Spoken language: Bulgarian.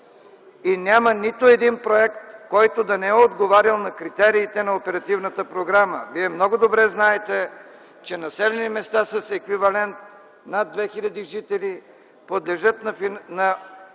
И няма нито един проект, който да не е отговарял на критериите на оперативната програма. Вие много добре знаете, че населени места с еквивалент над 2000 жители подлежат на